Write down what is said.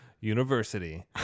University